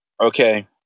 okay